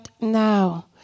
now